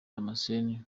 damascene